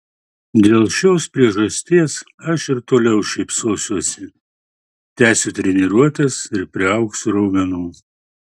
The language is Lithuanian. dėl šios priežasties aš ir toliau šypsosiuosi tęsiu treniruotes ir priaugsiu raumenų